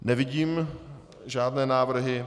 Nevidím žádné návrhy.